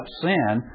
sin